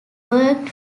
worked